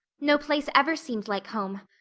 no place ever seemed like home.